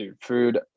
food